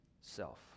self